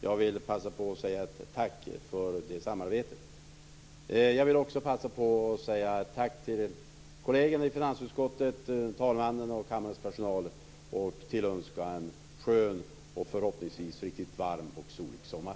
Jag vill passa på att säga tack för det samarbetet. Jag vill också passa på att säga tack till kollegerna i finansutskottet, till talmannen och kammarens personal och tillönska en skön, och förhoppningsvis riktigt varm och solig, sommar.